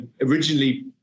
originally